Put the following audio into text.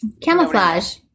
Camouflage